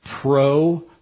pro